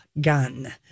gun